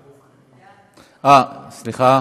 אה, סליחה,